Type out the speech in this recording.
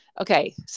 Okay